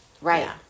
Right